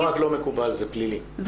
מקובל, זה פלילי.